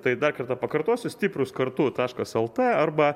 tai dar kartą pakartosiu stiprūs kartu taškas lt arba